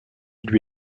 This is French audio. lui